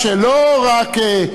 "אה,